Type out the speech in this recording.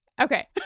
Okay